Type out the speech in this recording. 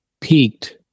peaked